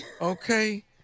okay